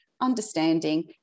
understanding